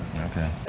Okay